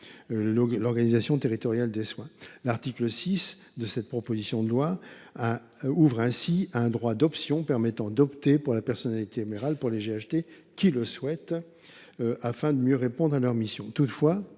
l’organisation territoriale des soins. L’article 6 de la proposition de loi crée ainsi un droit permettant d’opter pour la personnalité morale, pour ceux qui le souhaitent, afin de mieux répondre à leur mission.